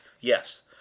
yes